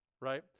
Right